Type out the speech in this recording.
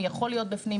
מי יכול להיות בפנים,